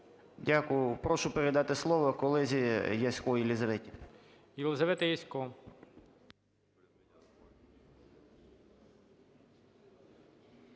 Дякую. Прошу передати слово колезі Ясько Єлизаветі.